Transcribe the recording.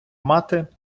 мати